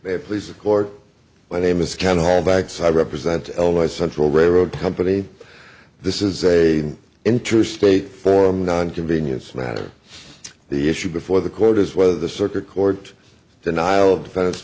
they please the court my name is ken hall backs i represent my central railroad company this is a interstate forum non convenience matter the issue before the court is whether the circuit court denial